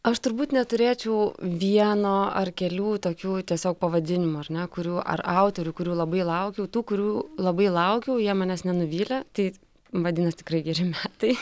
aš turbūt neturėčiau vieno ar kelių tokių tiesiog pavadinimų ar ne kurių ar autorių kurių labai laukiau tų kurių labai laukiau jie manęs nenuvylė tai vadinas tikrai geri metai